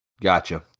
Gotcha